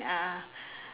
uh